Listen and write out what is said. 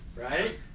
right